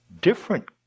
different